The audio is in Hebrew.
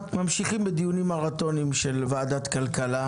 אנחנו ממשיכים בדיונים מרתוניים של ועדת הכלכלה,